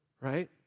right